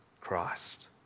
Christ